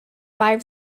five